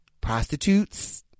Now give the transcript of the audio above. prostitutes